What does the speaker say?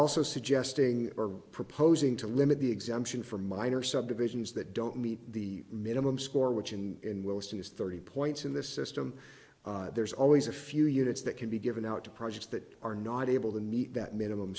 also suggesting proposing to limit the exemption for minor subdivisions that don't meet the minimum score which in willesden is thirty points in this system there's always a few units that can be given out to projects that are not able to meet that minimum